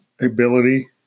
ability